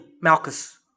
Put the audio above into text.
Malchus